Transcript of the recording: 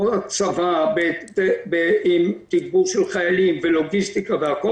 צבא, בתגבור של חיילים ולוגיסטיקה והכל